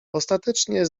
ostatecznie